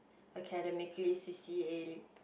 academically c_c_a